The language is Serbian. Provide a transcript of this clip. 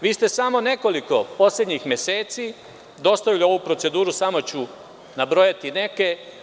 Vi ste samo nekoliko poslednjih meseci dostavili ovu proceduru, samo ću nabrojati neke.